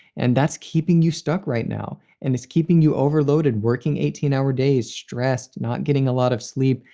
and that's keeping you stuck right now. and it's keeping you overloaded, working eighteen hour days, stressed, not getting a lot of sleep,